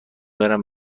برم